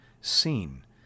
seen